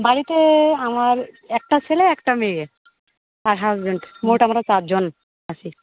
বাড়িতে আমার একটা ছেলে একটা মেয়ে আর হাসবেন্ড মোট আমরা চারজন আছি